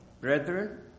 Brethren